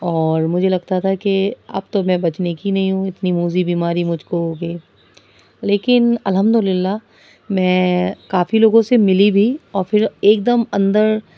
اور مجھے لگتا تھا کہ اب تو میں بچنے کی ہی نہیں ہوں اتنی موذی بیماری مجھ کو ہو گئی ہے لیکن الحمد للہ میں کافی لوگوں سے ملی بھی اور پھر ایک دم اندر